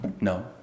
No